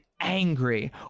angry